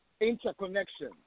interconnection